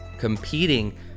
competing